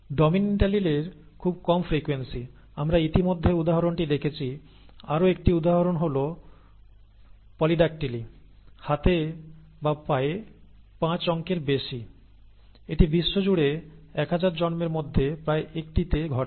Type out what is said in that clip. dominant অ্যালিলের খুব কম ফ্রিকোয়েন্সি আমরা ইতিমধ্যে উদাহরণটি দেখেছি আরও একটি উদাহরণ হল পলিডাক্টিলি হাতে বা পায়ে পাঁচ অঙ্কের বেশি এটি বিশ্বজুড়ে 1000 জন্মের মধ্যে প্রায় 1 টিতে ঘটে